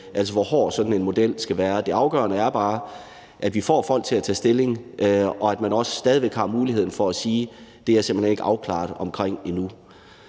altså hvor hård sådan en model skal være. Det afgørende er bare, at vi får folk til at tage stilling, og at man også stadig væk har muligheden for at sige, at det er man simpelt hen ikke afklaret omkring endnu.